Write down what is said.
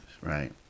right